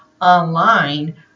online